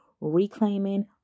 reclaiming